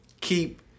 keep